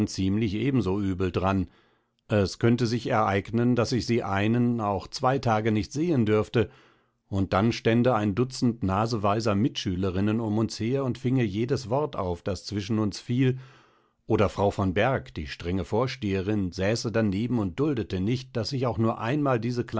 ziemlich ebenso übel daran es könnte sich ereignen daß ich sie einen auch zwei tage nicht sehen dürfte und dann stände ein dutzend naseweiser mitschülerinnen um uns her und finge jedes wort auf das zwischen uns fiel oder frau von berg die strenge vorsteherin säße daneben und duldete nicht daß ich auch nur einmal diese